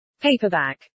paperback